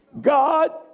God